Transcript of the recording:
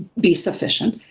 be sufficient.